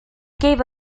gave